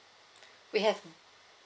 we have